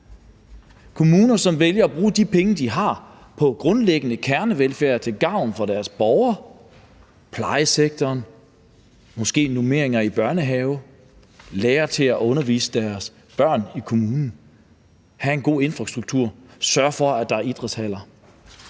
kommuner, som vælger at bruge de penge, de har, på grundlæggende kernevelfærd til gavn for deres borgere, plejesektoren, måske normeringer i børnehave, lærere til at undervise deres børn i kommunen, have en god infrastruktur, sørge for, at der er idrætshaller.